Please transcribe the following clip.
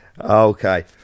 Okay